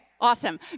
Awesome